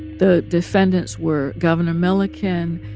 the defendants were governor milliken,